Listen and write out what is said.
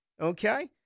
Okay